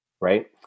Right